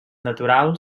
natural